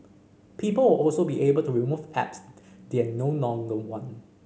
people all also be able to remove apps they are no longer want